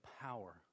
power